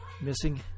missing